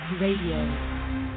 Radio